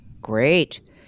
Great